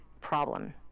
problem